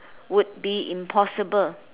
would be impossible